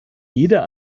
jeder